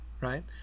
right